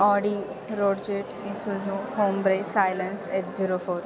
Audi Roadjet Isuzu Hombre silence H zero four